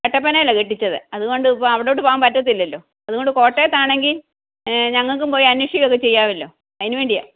കട്ടപ്പനയല്ലേ കെട്ടിച്ചത് അതുകൊണ്ട് ഇപ്പോൾ അവിടോട്ട് പോകാൻ പറ്റത്തില്ലല്ലോ അതു കൊണ്ട് കോട്ടയത്താണെങ്കിൽ ഞങ്ങൾക്കു പോയി അന്വേഷിക്കൊക്കെ ചെയ്യാമല്ലോ അതിനു വേണ്ടിയാണ്